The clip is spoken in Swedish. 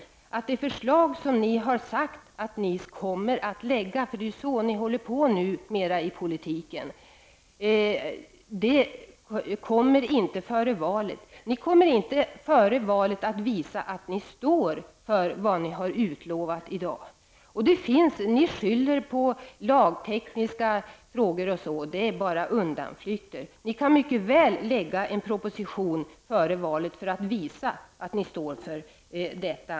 Det visar sig nu att de förslag som ni har sagt att ni skall lägga fram inte kommer att läggas fram före valet, och det är ju så ni håller på numera i politiken. Ni kommer inte före valet att visa att ni står för de löften som ni har avgett i dag. Ni skyller på lagtekniska problem. Det är bara undanflykter. Ni kan mycket väl lägga fram en proposition före valet just för att visa att ni står för era löften.